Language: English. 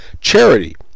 charity